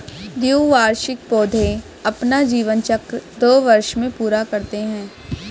द्विवार्षिक पौधे अपना जीवन चक्र दो वर्ष में पूरा करते है